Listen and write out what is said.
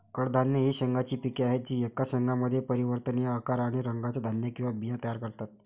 कडधान्ये ही शेंगांची पिके आहेत जी एकाच शेंगामध्ये परिवर्तनीय आकार आणि रंगाचे धान्य किंवा बिया तयार करतात